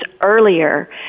earlier